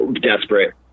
desperate